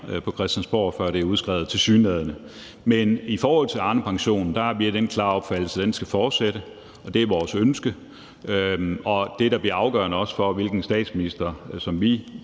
på Christiansborg, før det er udskrevet, tilsyneladende. Men i forhold til Arnepensionen er vi af den klare opfattelse, at den skal fortsætte. Det er vores ønske. Det, der bliver afgørende for, hvilken statsminister vi